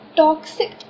toxic